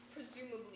Presumably